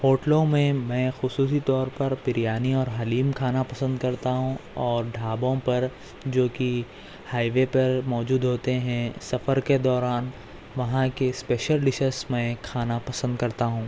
ہوٹلوں میں میں خصوصی طور پر بریانی اور حلیم کھانا پسند کرتا ہوں اور ڈھابوں پر جوکہ ہائی وے پر موجود ہوتے ہیں سفر کے دوران وہاں کی اسپیشل ڈشز میں کھانا پسند کرتا ہوں